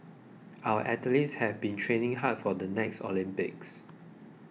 our athletes have been training hard for the next Olympics